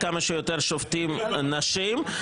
פעם שעברה הוא לא דיבר לעניין --- אבל הוא נמצא פה בדיון.